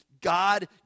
God